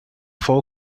four